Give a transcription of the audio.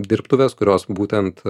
dirbtuves kurios būtent